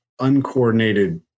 uncoordinated